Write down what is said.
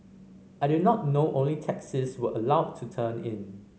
I did not know only taxis were allowed to turn in